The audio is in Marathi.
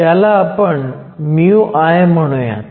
त्याला आपण μi म्हणूयात